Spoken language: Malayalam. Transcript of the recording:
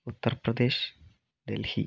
ഉത്തർപ്രദേശ് ഡൽഹി